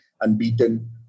Unbeaten